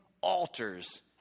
altars